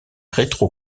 rétro